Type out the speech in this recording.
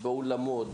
באולמות,